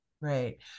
Right